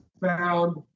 found